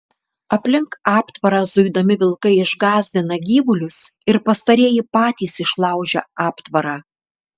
aplink aptvarą zuidami vilkai išgąsdina gyvulius ir pastarieji patys išlaužia aptvarą